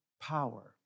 power